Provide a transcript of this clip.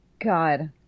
God